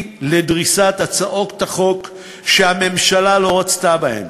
לדריסת הצעות חוק שהממשלה לא רצתה בהן,